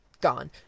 gone